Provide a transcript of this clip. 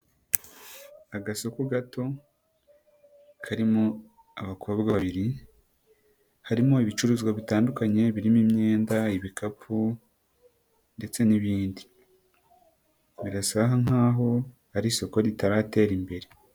Agasoko gato karimo abakobwa babiri, harimo ibicuruzwa bitandukanye birimo imyenda, ibikapu ndetse n'ibindi, birasa nk'aho ari isoko ritaratera imbere.